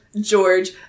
George